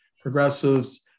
progressives